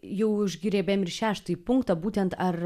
jau užgriebėm ir šeštąjį punktą būtent ar